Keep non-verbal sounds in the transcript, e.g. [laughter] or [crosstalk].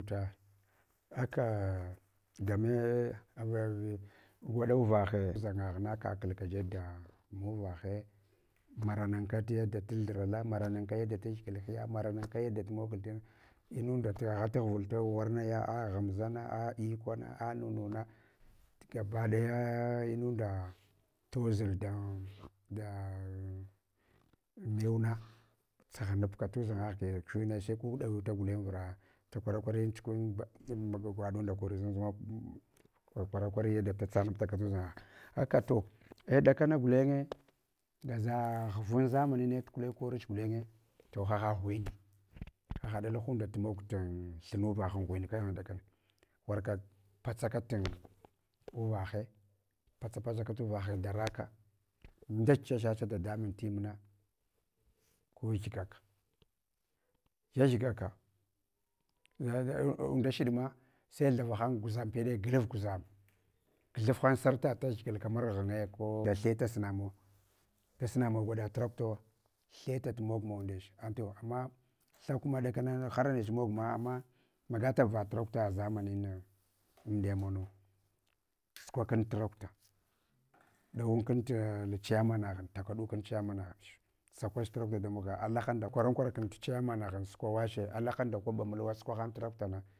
[unintelligible] gwaɗu vahahe uʒangaghna [unintelligible] kaw jeb da muvahe maranakat yada tathurala maranaka yada taghigal hiyu maranaka yada tumogol tina, inunda agha taghval ulrna ya aghanʒana, a lkwana, a nununa tgabadaya inunda toʒul dan dan mewna tsaghanabka tuʒangagha gi ndech, neche ku ɗauta gulen vura, takwara kwarayin chrian gwaɗun kori zung zunga, korakorayi da tsaghanabia ka tudzangagh. Aka to ei dakana gulenye gaʒa ghvan zamanine tukule tukorch gulenye to haha ghuen, hahad lahunda tumog ta thunuvah an ghuen ɗakana warka patsaka tin uvahe, patsa patsaka tuvahe daraka, nchucha hyahya dadamun tim na gugyga ka, gyagyigaka, undashiɗma sai thavaham gyʒam peɗe ghor guʒam, gharham sarta da hyigil kamar gl gyinge ko da the tasnamun sasinamawat gwada trakutua, the tat mogmawa ndech ama thakuma ɗakana har nch mogma, ama thakuma ɗakana har nech mogma, ama magatab va trakuta zamanin nau amdiyumawanau, sakwa kum trakuta dawunku tchurmanagh takaɗu kun chairman nagh. Sakwach trakuta damaga alahenda koran kora kuntu chairmanaghun sukwawache alahunda kwaɓa mulwa sukwa han trakutana guda.